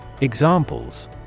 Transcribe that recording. Examples